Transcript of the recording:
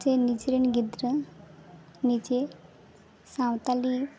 ᱥᱮ ᱱᱤᱡᱮᱨᱮᱱ ᱜᱤᱫᱽᱨᱟᱹ ᱱᱤᱡᱮ ᱥᱟᱱᱛᱟᱲᱤ